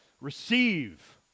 receive